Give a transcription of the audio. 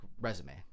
resume